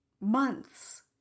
months